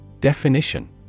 Definition